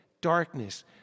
darkness